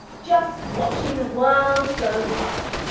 just watching the world go by.